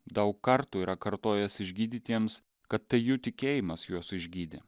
daug kartų yra kartojęs išgydytiems kad tai jų tikėjimas juos išgydė